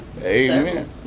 amen